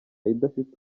idafite